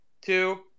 two